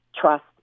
trust